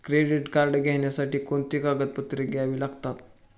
Credit card घेण्यासाठी कोणती कागदपत्रे घ्यावी लागतात?